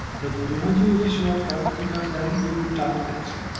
but do not use the shortcut because then we we type text.